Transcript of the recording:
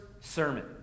sermon